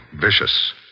vicious